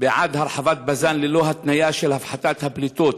בעד הרחבת בז"ן ללא התניה של הפחתת הפליטות